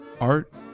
art